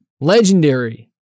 legendary